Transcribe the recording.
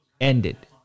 ended